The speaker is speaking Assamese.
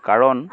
কাৰণ